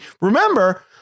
remember